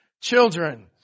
children